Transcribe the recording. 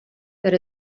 that